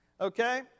Okay